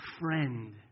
Friend